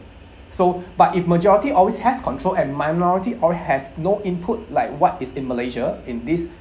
so but if majority always has control and minority always has no input like what is in malaysia in this